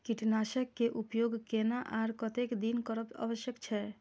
कीटनाशक के उपयोग केना आर कतेक दिन में करब आवश्यक छै?